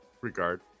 regard